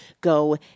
go